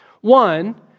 One